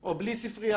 או בלי ספריה